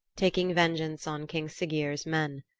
taking vengeance on king siggeir's men.